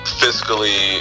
fiscally